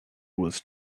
was